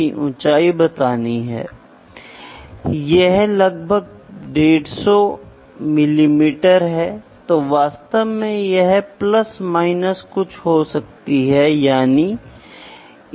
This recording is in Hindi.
तो आप देख सकते हैं कि सभी पैरामीटर अब जुड़े हुए हैं और फिर आप इसे माप सकते हैं आप इसे माप सकते हैं और फिर आप इसे आउटपुट के रूप में प्राप्त कर सकते हैं